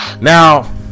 Now